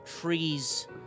trees